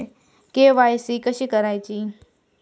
KYC कशी करायची?